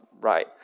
right